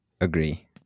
agree